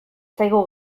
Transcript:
zaigu